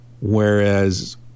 whereas